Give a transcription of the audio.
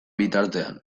bitartean